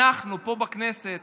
אנחנו פה בכנסת